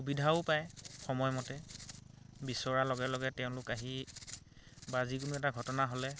সুবিধাও পায় সময়মতে বিচৰাৰ লগে লগে তেওঁলোক আহি বা যিকোনো এটা ঘটনা হ'লে